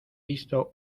visto